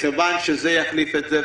מכיוון שזה יחליף את זה,